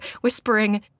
whispering